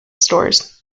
stores